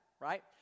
right